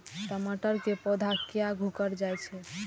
टमाटर के पौधा किया घुकर जायछे?